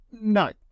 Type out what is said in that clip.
No